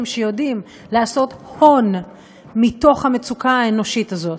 שיודעים לעשות הון מהמצוקה האנושית הזאת.